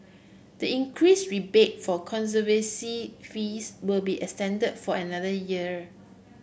the increase rebate for conservancy fees will be extended for another year